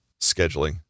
Scheduling